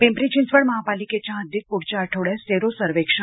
पिंपरी चिंचवड महापालिकेच्या हद्दीत पुढच्या आठवड्यात सेरो सर्वेक्षण